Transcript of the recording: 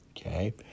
okay